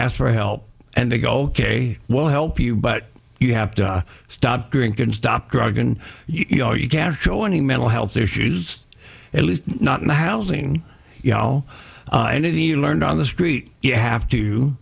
ask for help and they go well help you but you have to stop drinking stop drug and you know you can't show any mental health issues at least not in the housing you know anything you learned on the street you have to